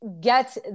get